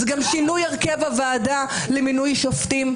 זה גם שינוי הרכב הוועדה למינוי שופטים.